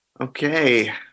Okay